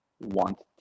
want